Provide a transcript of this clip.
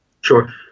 Sure